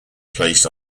placed